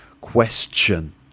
Question